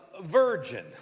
virgin